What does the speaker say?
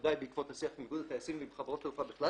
בוודאי בעקבות השיח עם איגוד הטייסים ועם חברות תעופה בכלל